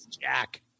Jack